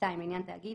(2)לעניין תאגיד,